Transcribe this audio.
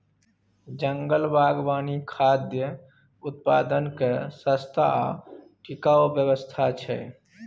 जंगल बागवानी खाद्य उत्पादनक सस्ता आ टिकाऊ व्यवस्था छै